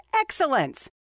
excellence